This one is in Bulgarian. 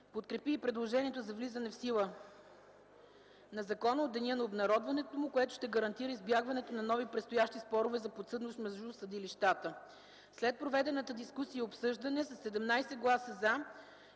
Подкрепи се и предложението за влизане в сила на закона в деня на обнародването му, което ще гарантира избягването на нови предстоящи спорове за подсъдност между съдилищата. В края на дискусията господин Ушев и